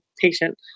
patient